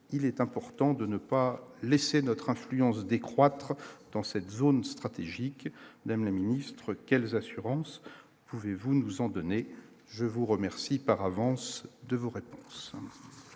il est important de ne pas laisser notre influence décroître dans cette zone stratégique même la ministre quelles des assurances, pouvez-vous nous en donner, je vous remercie par avance de vos réponses.